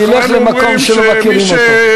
ילך למקום שלא מכירים אותו.